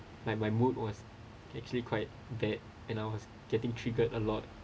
my my mood was actually quite bad and I was getting triggered a lot